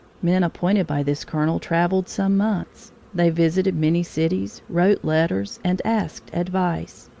men appointed by this colonel traveled some months. they visited many cities, wrote letters, and asked advice.